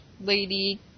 lady